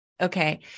Okay